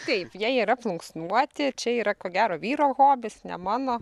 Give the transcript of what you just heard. kaip jie yra plunksnuoti čia yra ko gero vyro hobis ne mano